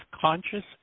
conscious